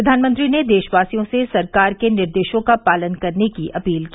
प्रधानमंत्री ने देशवासियों से सरकार के निर्देशों का पालन करने की अपील की